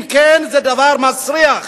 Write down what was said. אם כן, זה דבר מסריח.